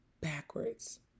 backwards